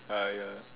ah ya